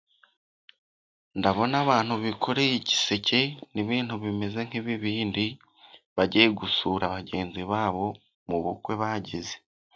Ndabona abantu bikoreye igiseke n'ibintu bimeze nk'ibibindi, bagiye gusura bagenzi babo mu bukwe bagize.